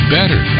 Better